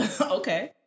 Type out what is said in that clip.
Okay